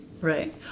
right